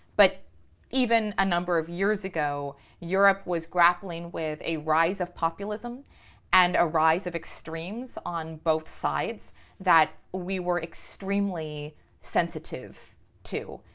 but even a number of years ago europe was grappling with a rise of populism and a rise of extremes on both sides that we were extremely sensitive to.